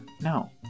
no